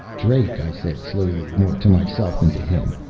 drake, i said slowly, more to myself than to him,